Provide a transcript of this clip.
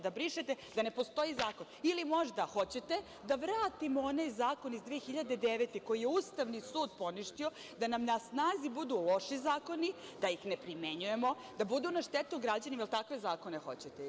Da brišete, da ne postoji zakon ili možda hoćete da vratimo onaj zakon iz 2009. godine, koji je Ustavni sud poništio, da nam na snazi budu loši zakoni, da ih ne primenjujemo, da budu na štetu građanima, da li takve zakone hoćete?